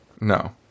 No